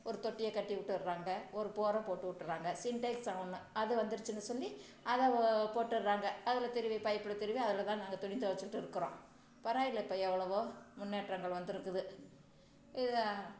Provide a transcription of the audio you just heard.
ஒரு தொட்டியை கட்டிவிட்டுறாங்க ஒரு போரை போட்டு விட்டுறாங்க சின்டக்ஸன் ஒன்று அது வந்துருச்சுன்னு சொல்லி அதை போட்டுறாங்க அதில் திருவி பைப்பில் திருவி அதில் தான் நாங்கள் துணி துவச்சிட்டு இருக்கிறோம் பரவாயில்லை இப்போ எவ்வளோ முன்னேற்றங்கள் வந்துருக்குது இது